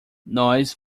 nós